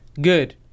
good